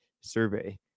survey